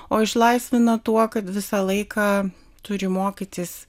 o išlaisvina tuo kad visą laiką turi mokytis